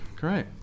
Great